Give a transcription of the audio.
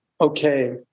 okay